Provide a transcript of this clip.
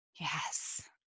Yes